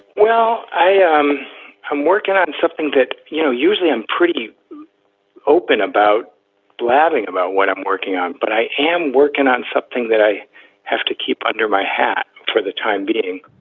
well, i am working on something that, you know, usually i'm pretty open about blabbing about when i'm working on. but i am working on something that i have to keep under my hat for the time being.